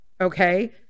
okay